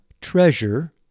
treasure